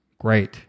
Great